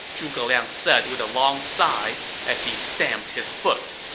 zhuge liang said with a long sigh as he stamped his foot.